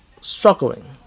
struggling